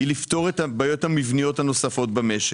היא לפתור את הבעיות המבניות הנוספות במשק.